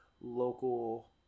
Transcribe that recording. local